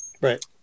right